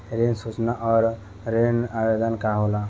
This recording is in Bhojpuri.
ऋण सूचना और ऋण आवेदन का होला?